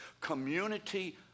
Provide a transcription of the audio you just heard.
community